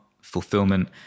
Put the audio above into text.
fulfillment